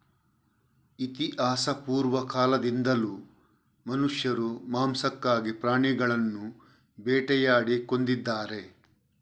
ಇತಿಹಾಸಪೂರ್ವ ಕಾಲದಿಂದಲೂ ಮನುಷ್ಯರು ಮಾಂಸಕ್ಕಾಗಿ ಪ್ರಾಣಿಗಳನ್ನು ಬೇಟೆಯಾಡಿ ಕೊಂದಿದ್ದಾರೆ